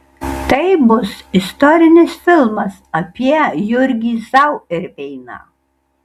tai bus istorinis filmas apie jurgį zauerveiną